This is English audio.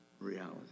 reality